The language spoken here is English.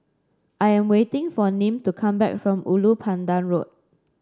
I am waiting for Nim to come back from Ulu Pandan Road